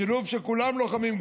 השילוב שכולם לוחמים,